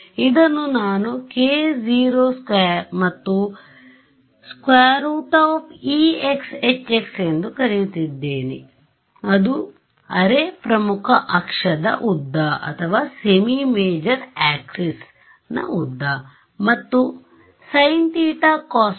ಇದನ್ನು ನಾನುk02 ಮತ್ತು√exhx ಎಂದು ಕರೆಯುತ್ತಿದ್ದೇನೆ ಇದು ಅರೆ ಪ್ರಮುಖ ಅಕ್ಷದ ಉದ್ದ ಮತ್ತು sin θ cos ϕ phi